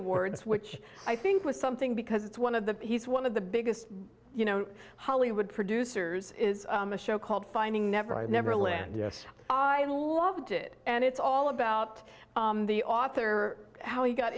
awards which i think was something because it's one of the he's one of the biggest you know hollywood producers is a show called finding never i never land yes i loved it and it's all about the author how you got